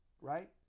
right